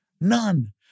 None